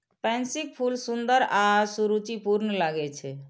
पैंसीक फूल सुंदर आ सुरुचिपूर्ण लागै छै